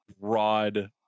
broad